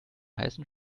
heißen